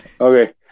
Okay